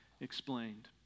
explained